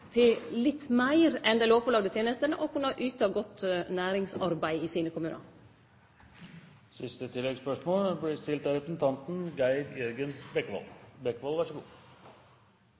til litt meir enn dei lovpålagde tenestene og kunne yte godt næringsarbeid i sine